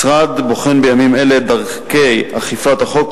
המשרד בוחן בימים אלה את דרכי אכיפת החוק,